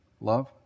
love